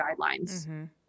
guidelines